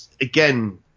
again